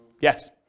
Yes